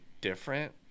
different